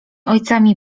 ojcami